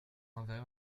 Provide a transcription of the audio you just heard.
enverrai